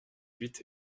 huit